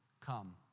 come